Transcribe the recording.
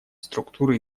структуры